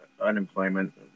unemployment